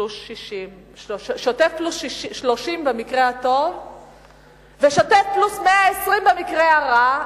פלוס 60. שוטף פלוס 30 במקרה הטוב ושוטף פלוס 120 במקרה הרע.